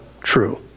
true